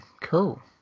cool